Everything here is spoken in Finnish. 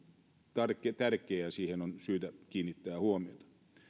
tärkeä tärkeä ja siihen on syytä kiinnittää huomiota